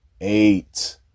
eight